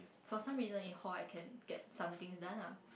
for some reason in hall I can get somethings done lah